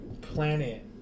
planet